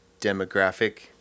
demographic